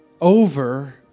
over